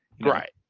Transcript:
Right